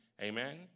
Amen